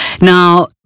Now